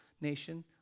nation